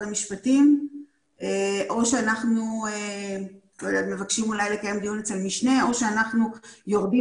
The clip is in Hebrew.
המשפטים או אולי מבקשים לקיים דיון אצל המשנה או שאנחנו יורדים